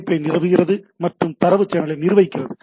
இணைப்பை நிறுவுகிறது மற்றும் தரவு சேனலை நிர்வகிக்கிறது